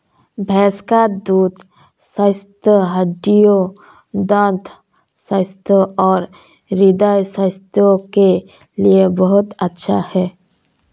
भैंस का दूध स्वस्थ हड्डियों, दंत स्वास्थ्य और हृदय स्वास्थ्य के लिए बहुत अच्छा है